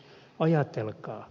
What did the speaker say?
ajatelkaa